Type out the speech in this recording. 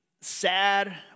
sad